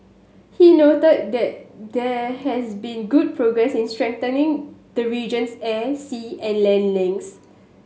he noted that there has been good progress in strengthening the region's air sea and land links